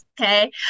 Okay